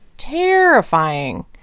Terrifying